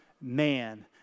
man